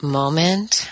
moment